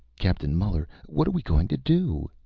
captain muller, what are we going to do?